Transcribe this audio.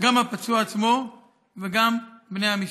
גם הפצוע עצמו וגם בני המשפחה,